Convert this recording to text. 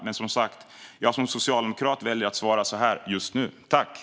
Men, som sagt, som socialdemokrat väljer jag just nu att svara så här.